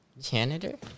Janitor